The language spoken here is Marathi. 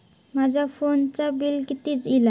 माझ्या फोनचा बिल किती इला?